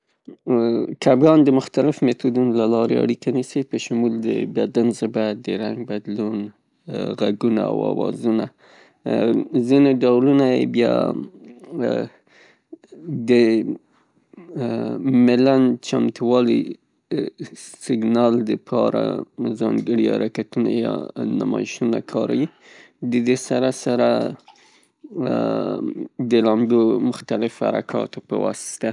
کبان د مختلفو میتودونو له لارې په شمول د بدن زبه، د رنګ بدلون، غږونه او آوازونه. ځینې ډولونه یې بیا د ملن چمتووالي سیګنال له پاره ځانګړي حرکتونه یا نمایشونه کاریي. د دې سره سره د لامبو مختلفو حرکاتو په واسطه.